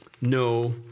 no